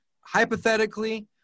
Hypothetically